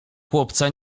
chłopca